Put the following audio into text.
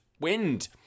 wind